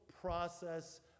process